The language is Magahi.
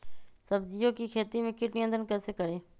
सब्जियों की खेती में कीट नियंत्रण कैसे करें?